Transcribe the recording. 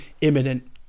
imminent